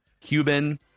Cuban